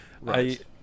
Right